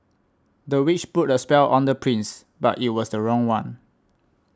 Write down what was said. the witch put a spell on the prince but it was the wrong one